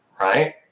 right